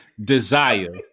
desire